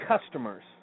customers